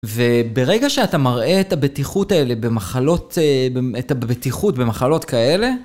וברגע שאתה מראה את הבטיחות האלה במחלות... את הבטיחות במחלות כאלה...